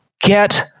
get